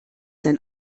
sein